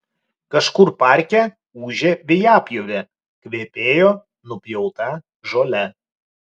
kažkur parke ūžė vejapjovė kvepėjo nupjauta žole